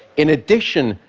in addition,